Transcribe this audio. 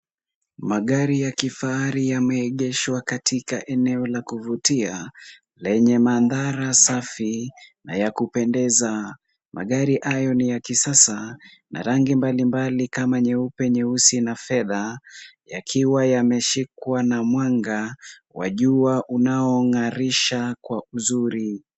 Magari ya kifahari yameegeshwa katika eneo ya kuvutia lenye mandhari safi na ya kupendeza. Magari hayo ni ya kisasa na rangi mbalimbali kama nyeupe, nyeusi na fedha yakiwa yameshikwa na mwanga wa jua unaong'arisha kwa uzuri.